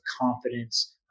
confidence